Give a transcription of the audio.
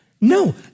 No